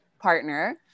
partner